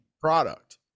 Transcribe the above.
product